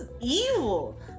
evil